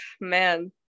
man